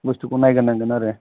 बुस्थुखौ नायग्रो नांगोन आरो